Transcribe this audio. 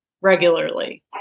regularly